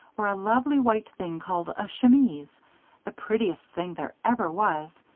wore a lovely white thing called a chemise the prettiest thing there ever was.